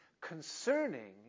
concerning